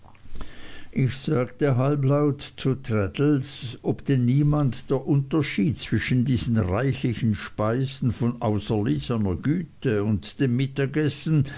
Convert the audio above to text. ich sagte halblaut zu traddles ob denn niemand der unterschied zwischen diesen reichlichen speisen von auserlesener güte und dem mittagessen